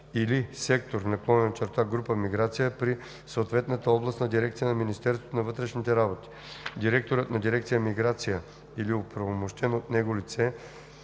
или сектор/група „Миграция“ при съответната областна дирекция на Министерството на вътрешните работи. Директорът на дирекция „Миграция“ или оправомощено от него лице